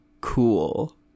cool